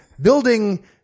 building